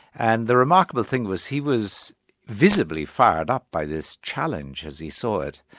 and the remarkable thing was he was visibly fired up by this challenge, as he saw it,